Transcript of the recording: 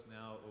now